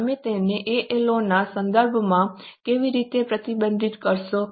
તમે તેને A L O ના સંદર્ભમાં કેવી રીતે પ્રતિબિંબિત કરશો